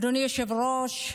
אדוני היושב-ראש,